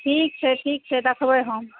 ठीक छै ठीक छै देखबै हम